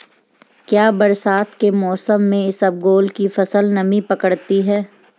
क्या बरसात के मौसम में इसबगोल की फसल नमी पकड़ती है?